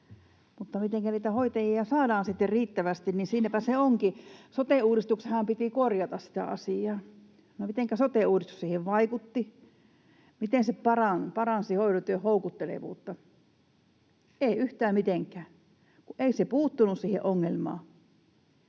Mutta mitenkä niitä hoitajia saadaan sitten riittävästi, niin siinäpä se onkin. Sote-uudistuksenhan piti korjata sitä asiaa. No mitenkä sote-uudistus siihen vaikutti? Miten se paransi hoitotyön houkuttelevuutta? Ei yhtään mitenkään, kun ei se puuttunut siihen ongelmaan,